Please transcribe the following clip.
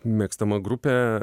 mėgstama grupė